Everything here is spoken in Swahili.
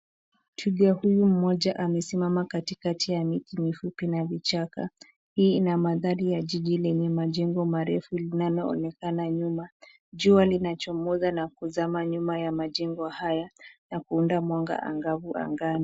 Twiga huyu mmoja amesimama katikati ya miti mifupi ina vichaka hii ina mandhari ya jiji lenye majengo marefu linalo onekana nyuma jua linachomoza na kuzama nyuma ya majengo haya na kuunda mwanga angavu angani